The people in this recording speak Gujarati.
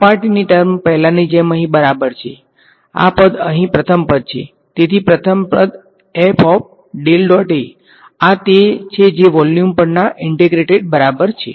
સપાટીની ટર્મ પહેલાની જેમ અહીં બરાબર છેઆ પદ અહીં પ્રથમ પદ છે તેથી પ્રથમ પદ છે આ તે છે જે વોલ્યુમ પરના ઈન્ટેગ્રેટેડ બરાબર છે